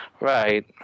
right